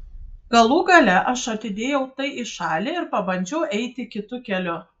galų gale aš atidėjau tai į šalį ir pabandžiau eiti kitu keliu